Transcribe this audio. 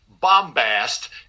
bombast